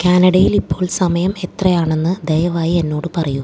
കാനഡയിൽ ഇപ്പോൾ സമയം എത്രയാണെന്ന് ദയവായി എന്നോട് പറയൂ